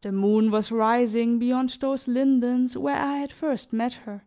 the moon was rising beyond those lindens where i had first met her.